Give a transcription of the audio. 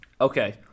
okay